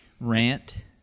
rant